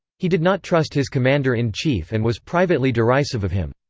he did not trust his commander-in-chief and was privately derisive of him.